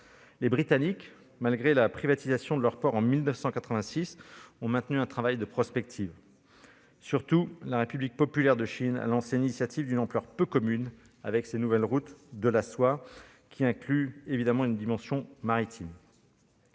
Les Britanniques, malgré la privatisation de leurs ports en 1986, ont maintenu un travail de prospective. Surtout, la République populaire de Chine a lancé une initiative d'une ampleur peu commune, avec les nouvelles routes de la soie, qui incluent évidemment une dimension maritime.